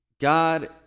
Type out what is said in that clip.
God